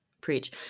preach